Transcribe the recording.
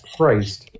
Christ